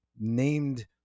named